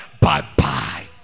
Bye-bye